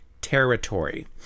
territory